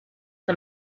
the